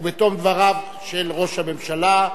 ובתום דבריו של ראש הממשלה,